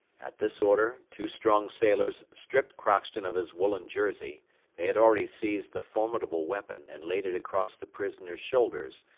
at this order, two strong sailors stripped crockston of his woollen jersey they had already seized the formidable weapon, and laid it across the prisoner's shoulders,